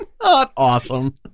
awesome